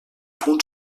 punt